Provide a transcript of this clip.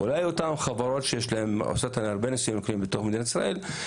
אולי אותן חברות שעושות הרבה ניסויים קליניים בתוך מדינת ישראל,